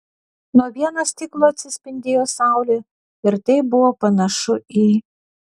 nuo vieno stiklo atsispindėjo saulė ir tai buvo panašu į